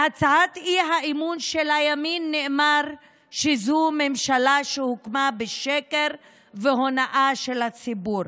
בהצעת האי-אמון של הימין נאמר שזו ממשלה שהוקמה בשקר והונאה של הציבור.